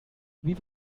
wie